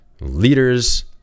leaders